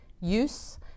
use